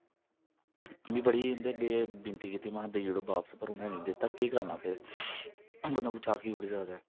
मीं बड़ी उं'दे अग्गे बिनती कीती महां देई ओड़ो बापस पर उ'नें नेईं दित्ता केह् करना फिर बंदा कुछ आक्खी थोह्ड़ी सकदा ऐ